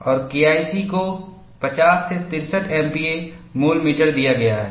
और केआईसी को 50 से 63 एमपीए मूल मीटर दिया गया है